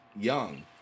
young